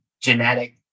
genetic